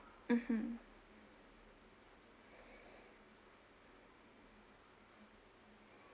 mmhmm